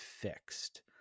fixed